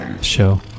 Show